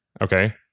Okay